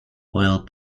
oil